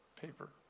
paper